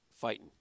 fighting